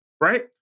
right